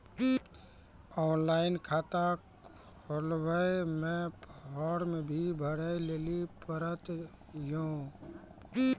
Online खाता खोलवे मे फोर्म भी भरे लेली पड़त यो?